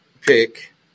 pick